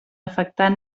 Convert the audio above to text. afectar